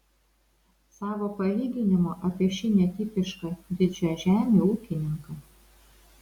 savo palyginimu apie šį netipišką didžiažemį ūkininką